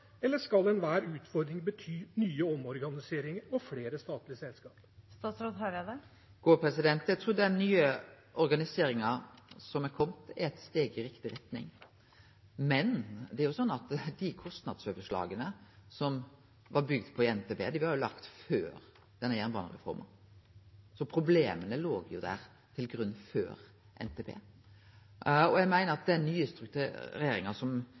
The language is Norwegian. eller skal enhver utfordring bety nye omorganiseringer og flere statlige selskap? Eg trur den nye organiseringa som er komen, er eit steg i riktig retning, men det er jo slik at dei kostnadsoverslaga som ein bygde på i NTP, var laga før jernbanereformen, så problema låg til grunn før NTP. Eg meiner at den nye struktureringa som